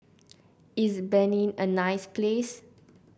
is Benin a nice place